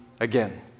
again